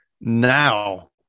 now